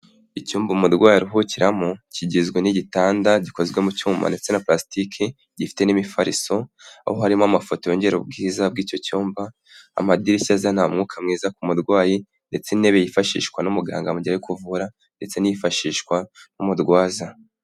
Icyumba umurwayi ahukiramo kigizwe n'igitanda gikozwe mu cyuma ndetse na parasitike gifite n'imifariso, aho harimo amafoto yongera ubwiza bw'icyo cyumba, amadirishya azana umwuka mwiza ku murwayi ndetse intebe yifashishwa n'umuganga mugiye ari kuvura ndetse inifashishwa n'umurwaza.